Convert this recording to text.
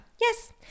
yes